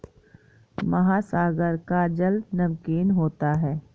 महासागर का जल नमकीन होता है